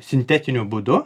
sintetiniu būdu